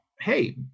hey